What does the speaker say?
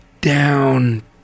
down